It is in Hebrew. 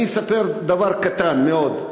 אני אספר דבר קטן מאוד.